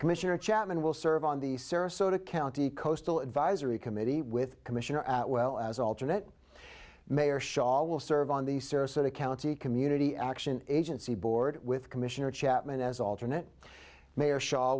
commissioner chapman will serve on the sarasota county coastal advisory committee with commissioner as well as alternate mayor shawl will serve on the sarasota county community action agency board with commissioner chapman as alternate mayor sha